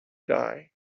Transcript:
die